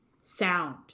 sound